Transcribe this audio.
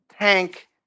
Tank